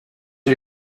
der